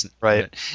Right